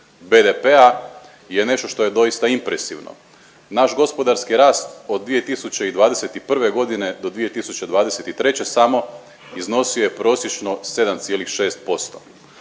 BDŠ-a je nešto što je doista impresivno. Naš gospodarski rast od 2021. godine do 2023. samo iznosio je prosječno 7,6%.